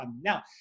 Now